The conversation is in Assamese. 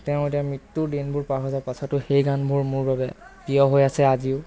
তেওঁৰ এতিয়া মৃত্যুৰ দিনবোৰ পাৰ হৈ যোৱাৰ পাছতো সেই গানবোৰ মোৰ বাবে প্ৰিয় হৈ আছে আজিও